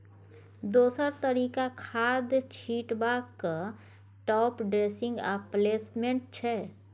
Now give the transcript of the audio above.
दोसर तरीका खाद छीटबाक टाँप ड्रेसिंग आ प्लेसमेंट छै